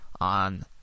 on